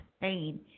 pain